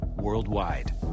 worldwide